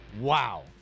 Wow